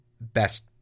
Best